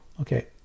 Okay